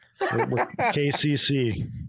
KCC